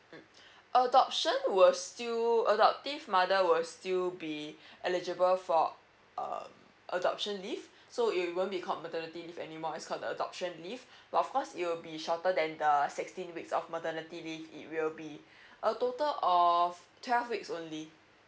mm adoption will still adoptive mother will still be eligible for uh adoption leave so it won't be called maternity leave anymore it's called the adoption leave but of course it will be shorter than the sixteen weeks of maternity leave it will be a total of twelve weeks only